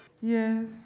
Yes